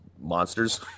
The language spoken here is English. monsters